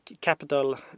capital